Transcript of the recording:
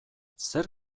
zer